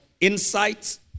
insights